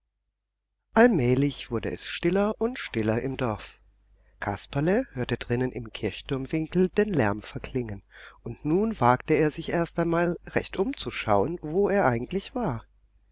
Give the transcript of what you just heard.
allmählich wurde es stiller und stiller im dorf kasperle hörte drinnen im kirchturmwinkel den lärm verklingen und nun wagte er sich erst einmal recht umzuschauen wo er eigentlich war